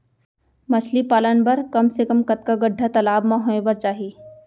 मछली पालन बर कम से कम कतका गड्डा तालाब म होये बर चाही?